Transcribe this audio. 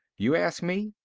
you ask me,